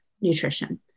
nutrition